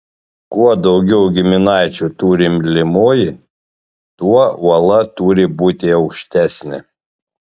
kuo daugiau giminaičių turi mylimoji tuo uola turi būti aukštesnė